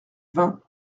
vingt